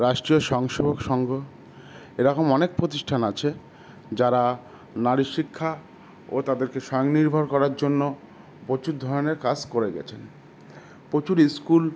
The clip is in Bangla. রাষ্ট্রীয় স্বয়ংসেবক সংঘ এরকম অনেক প্রতিষ্ঠান আছে যারা নারী শিক্ষা ও তাদেরকে স্বয় নির্ভর করার জন্য প্রচুর ধরনের কাজ করে গেছেন প্রচুর স্কুল